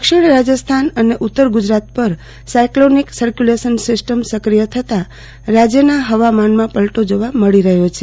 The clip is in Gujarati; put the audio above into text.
દક્ષિણ રાજસ્થાન અને ઉત્તર ગુજરાત પર સાયકલોનીક સક્યુલેશન સિસ્ટમ સક્રિય થતા રાજ્યના હવામાનમાં પલટો જોવા મળી રહ્યો છે